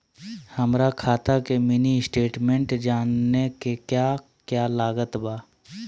हमरा खाता के मिनी स्टेटमेंट जानने के क्या क्या लागत बा?